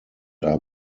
are